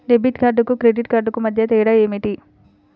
Debit కార్డుకు credit కార్డుకు మధ్య తేడా ఏమిటీ?